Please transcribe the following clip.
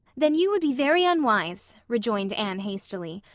then you would be very unwise, rejoined anne hastily.